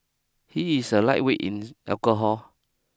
he is a lightweight in the alcohol